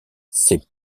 ses